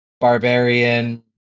barbarian